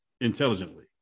intelligently